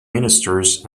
ministers